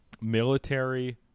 military